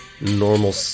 Normal